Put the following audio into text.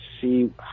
see